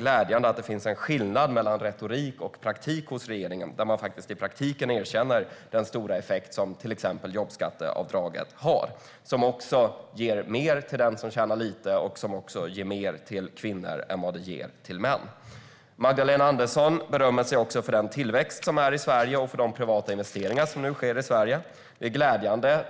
glädjande att det åtminstone finns en skillnad mellan retorik och praktik hos regeringen. I praktiken erkänner man den stora effekt som till exempel jobbskatteavdraget har. Det ger också mer till den som tjänar lite och ger mer till kvinnor än män. Magdalena Andersson uttalar beröm över tillväxten i Sverige och de privata investeringar som nu sker i Sverige. Det är glädjande.